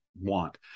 want